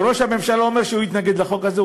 שראש הממשלה אומר שהוא התנגד לחוק הזה,